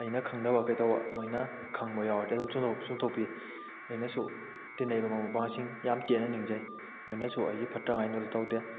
ꯑꯩꯅ ꯈꯪꯗꯕ ꯀꯩꯗꯧꯕ ꯃꯣꯏꯅ ꯈꯪꯕ ꯌꯥꯎꯔꯗꯤ ꯑꯗꯨꯝ ꯆꯨꯝꯊꯣꯛꯄꯤ ꯑꯩꯅꯁꯨ ꯇꯤꯟꯅꯔꯤꯕ ꯃꯔꯨꯞ ꯃꯄꯥꯡꯁꯤꯡ ꯌꯥꯝ ꯆꯦꯠꯅ ꯅꯤꯡꯖꯩ ꯃꯣꯏꯅꯁꯨ ꯑꯩꯒꯤ ꯐꯠꯇꯅꯉꯥꯏ ꯑꯝꯇꯁꯨ ꯇꯧꯗꯦ